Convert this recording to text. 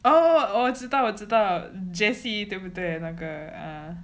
哦我知道我知道 jessie 对不对 ah